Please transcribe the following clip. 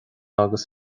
agus